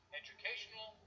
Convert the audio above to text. educational